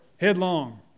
Headlong